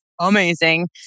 Amazing